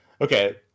okay